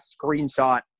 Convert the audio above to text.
screenshot